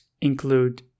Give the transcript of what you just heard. include